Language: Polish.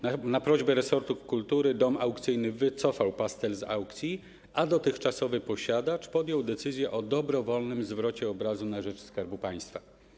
Na prośbę resortu kultury dom aukcyjny wycofał pastel z aukcji, a dotychczasowy posiadacz podjął decyzję o dobrowolnym zwrocie obrazu na rzecz Skarbu Państwa.